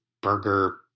burger